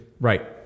Right